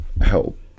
help